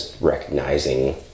recognizing